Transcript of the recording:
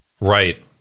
Right